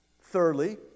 Thirdly